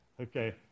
Okay